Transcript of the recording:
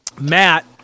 Matt